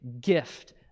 gift